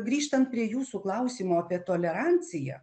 grįžtant prie jūsų klausimo apie toleranciją